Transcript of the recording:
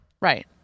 Right